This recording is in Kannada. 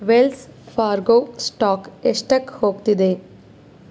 ವೆಲ್ಸ್ ಫಾರ್ಗೊ ಸ್ಟಾಕ್ ಎಷ್ಟಕ್ಕೆ ಹೋಗ್ತಿದೆ